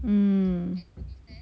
mm